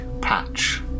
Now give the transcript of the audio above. patch